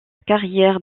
carrière